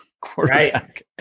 quarterback